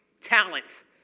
talents